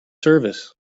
service